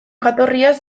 jatorriaz